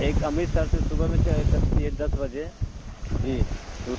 ایک امرتسر سے صبح میں چلتی ہے دس بجے جی